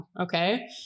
okay